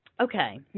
Okay